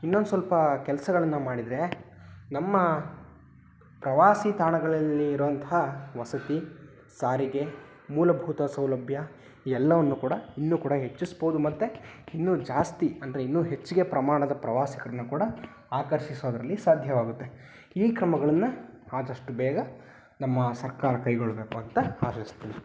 ಇನ್ನೊಂದು ಸ್ವಲ್ಪ ಕೆಲಸಗಳನ್ನ ಮಾಡಿದರೆ ನಮ್ಮ ಪ್ರವಾಸಿ ತಾಣಗಳಲ್ಲಿ ಇರೋ ಅಂತಹ ವಸತಿ ಸಾರಿಗೆ ಮೂಲಭೂತ ಸೌಲಭ್ಯ ಎಲ್ಲವನ್ನೂ ಕೂಡ ಇನ್ನೂ ಕೂಡ ಹೆಚ್ಚಿಸ್ಬೋದು ಮತ್ತು ಇನ್ನೂ ಜಾಸ್ತಿ ಅಂದರೆ ಇನ್ನೂ ಹೆಚ್ಚಿಗೆ ಪ್ರಮಾಣದ ಪ್ರವಾಸಿಗರನ್ನ ಕೂಡ ಆಕರ್ಷಿಸೋದರಲ್ಲಿ ಸಾಧ್ಯವಾಗುತ್ತೆ ಈ ಕ್ರಮಗಳನ್ನು ಆದಷ್ಟು ಬೇಗ ನಮ್ಮ ಸರ್ಕಾರ ಕೈಗೊಳ್ಳಬೇಕು ಅಂತ ಆಶಿಸ್ತೇನೆ